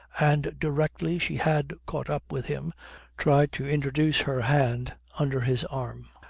and directly she had caught up with him tried to introduce her hand under his arm.